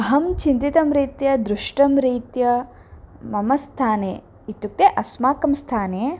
अहं चिन्तितं रीत्या दृष्टं रीत्या मम स्थाने इत्युक्ते अस्माकं स्थाने